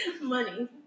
Money